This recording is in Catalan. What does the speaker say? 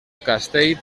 castell